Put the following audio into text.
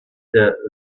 der